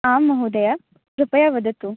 आम् महोदय कृपया वदतु